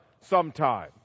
sometime